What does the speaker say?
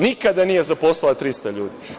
Nikada nije zaposlila 300 ljudi.